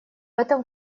этом